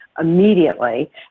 Immediately